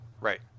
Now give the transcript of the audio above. Right